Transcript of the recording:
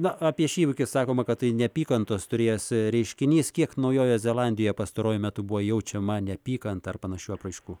na apie šį įvykį sakoma kad tai neapykantos turėjęs reiškinys kiek naujojoje zelandijoje pastaruoju metu buvo jaučiama neapykanta ar panašių apraiškų